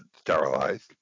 sterilized